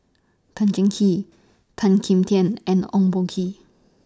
Tan Cheng Kee Tan Kim Tian and Ong Boh Kee